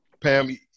pam